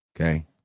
Okay